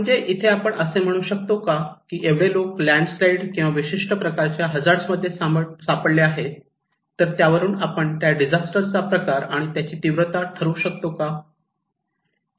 म्हणजे इथे आपण असे म्हणू शकतो का की एवढे लोक लँड स्लाईड किंवा विशिष्ट प्रकारच्या हजार्ड मध्ये सापडले आहेत तर त्यावरून आपण त्या डिझास्टर प्रकार आणि तीव्रता ठरवू शकतो का